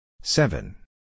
Seven